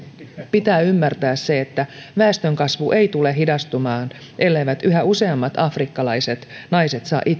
pitää ymmärtää se että väestönkasvu ei tule hidastumaan elleivät yhä useammat afrikkalaiset naiset saa